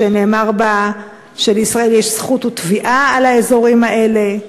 שנאמר בה שלישראל יש זכות ותביעה על האזורים האלה,